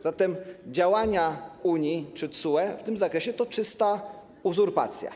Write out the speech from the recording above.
zatem działania Unii czy TSUE w tym zakresie to czysta uzurpacja.